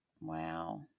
Wow